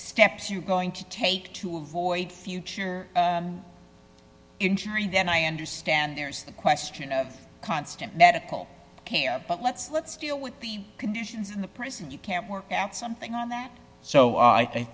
steps you going to take to avoid future injury then i understand there's the question of constant medical care let's let's deal with the conditions in the prison you can't work out something on that so i